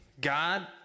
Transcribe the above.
God